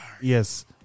yes